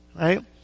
Right